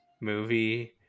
movie